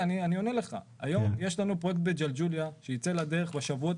היום יש לנו פרויקט בג'לג'וליה שייצא לדרך בשבועות